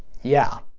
yeah.